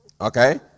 Okay